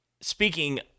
speaking